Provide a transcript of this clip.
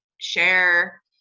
share